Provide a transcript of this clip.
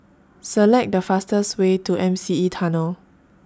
Select The fastest Way to M C E Tunnel